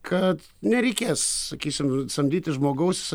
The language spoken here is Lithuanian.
kad nereikės sakysim samdyti žmogaus